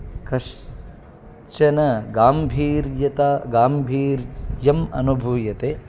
कश्चन गाम्भीर्यता गाम्भीर्यम् अनुभूयते